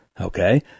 Okay